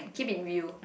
keep in view